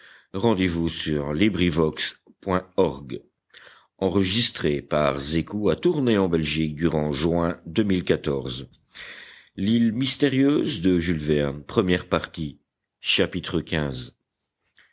of l'île mystérieuse by